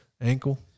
Ankle